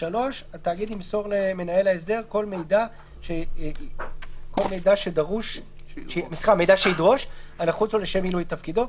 (3)התאגיד ימסור למנהל ההסדר כל מידע שידרוש הנחוץ לו לשם מילוי תפקידו,